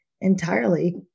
entirely